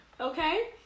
Okay